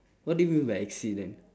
what do you mean by accident